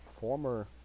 former